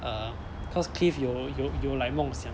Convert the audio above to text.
err cause clif 有有有 like 梦想